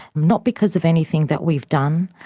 not because of anything that we've done,